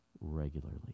regularly